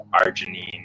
arginine